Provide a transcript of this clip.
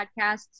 podcasts